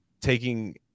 taking